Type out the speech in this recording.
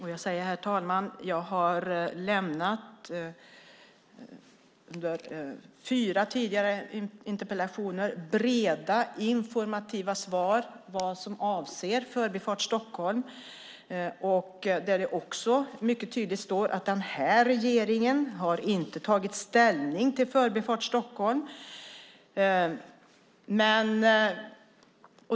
Herr talman! Jag har lämnat svar på fyra tidigare interpellationer - breda, informativa svar om vad som gäller för Förbifart Stockholm. I svaret sägs mycket tydligt att den här regeringen inte tagit ställning till Förbifart Stockholm.